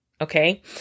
okay